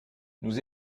nous